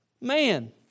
man